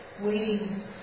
waiting